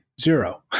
zero